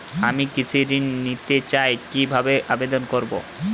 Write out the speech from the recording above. আমি কৃষি ঋণ নিতে চাই কি ভাবে আবেদন করব?